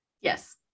Yes